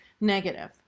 negative